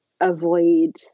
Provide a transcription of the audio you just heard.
avoid